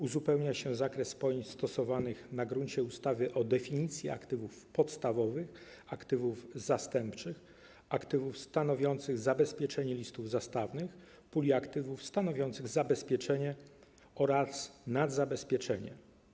Uzupełnia się zakres pojęć stosowanych na gruncie ustawy o definicji aktywów podstawowych, aktywów zastępczych, aktywów stanowiących zabezpieczenie listów zastawnych, puli aktywów stanowiących zabezpieczenie oraz nadzabezpieczenie.